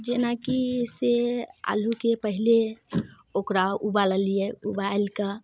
जेनाकि से आलूके पहले ओकरा उबाललियै उबालि कऽ